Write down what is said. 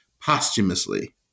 posthumously